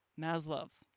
Maslow's